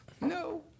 No